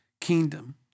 kingdom